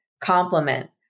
complement